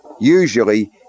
usually